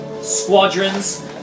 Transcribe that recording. squadrons